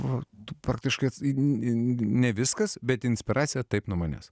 o tu praktiškai ne viskas bet inspiracija taip nuo manęs